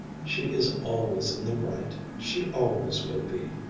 she is always in the right. she always will be.